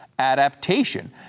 Adaptation